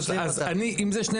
אז אם זה,